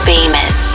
Famous